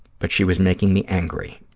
but she was making me angry.